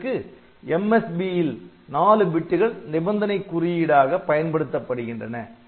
இதற்கு MSBல் 4 பிட்டுகள் நிபந்தனை குறியீடாக பயன்படுத்தப்படுகின்றன